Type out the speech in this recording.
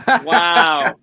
Wow